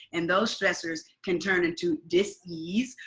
and those stressors can turn into dis-ease,